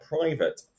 private